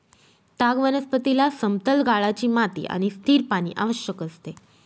ताग वनस्पतीला समतल गाळाची माती आणि स्थिर पाणी आवश्यक असते